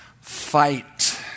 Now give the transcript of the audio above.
Fight